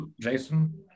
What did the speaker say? Jason